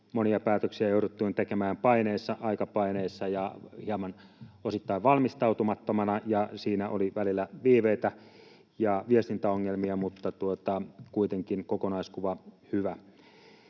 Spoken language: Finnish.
monia päätöksiä jouduttiin tekemään paineessa, aikapaineessa, ja osittain hieman valmistautumattomina, ja siinä oli välillä viiveitä ja viestintäongelmia, mutta kuitenkin kokonaiskuva oli hyvä.